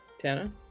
Tana